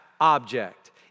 object